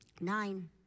nine